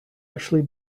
actually